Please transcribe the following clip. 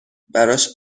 براش